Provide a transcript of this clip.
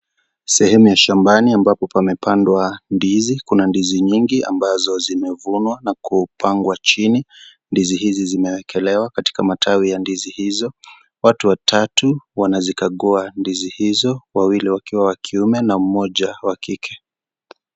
Sehemu ya shambani ambapo pamepandwa ndizi, kuna ndizi nyingi ambazo zinavunwa na kupangwa chini, ndizi hizi zimewekelewa katika matawi ya ndizi hizo. Watu watatu wanazikagua ndizi hizo wawili wakiwa wa kiume na moja wa kike.